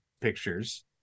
pictures